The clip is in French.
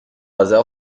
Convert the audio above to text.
hasard